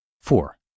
Four